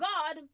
God